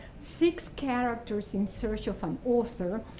six characters in search of an author,